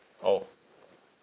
orh